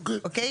אוקיי?